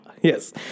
yes